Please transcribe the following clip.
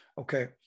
okay